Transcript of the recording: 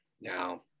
now